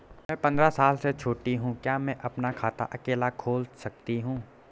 मैं पंद्रह साल से छोटी हूँ क्या मैं अपना खाता अकेला खोल सकती हूँ?